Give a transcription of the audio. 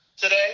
today